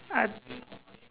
I